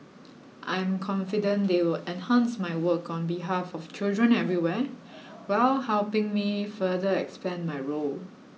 I am confident they will enhance my work on behalf of children everywhere while helping me further expand my role